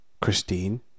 Christine